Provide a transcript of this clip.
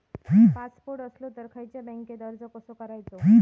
Passport असलो तर खयच्या बँकेत अर्ज कसो करायचो?